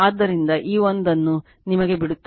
ಆದ್ದರಿಂದ ಈ ಒಂದನ್ನು ನಿಮಗೆ ಬಿಡುತ್ತದೆ